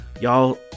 Y'all